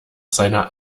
seiner